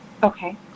Okay